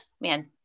man